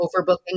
overbooking